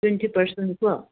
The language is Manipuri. ꯇ꯭ꯋꯦꯟꯇꯤ ꯄꯥꯔꯁꯟ ꯀꯣ